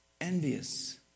envious